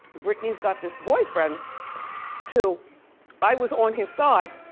britney's got this boyfriend who i was on his side.